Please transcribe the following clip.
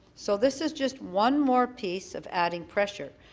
so this is just one more piece of adding pressure.